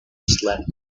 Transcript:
slept